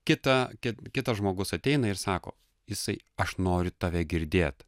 kita ki kitas žmogus ateina ir sako jisai aš noriu tave girdėt